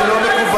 זה לא מקובל.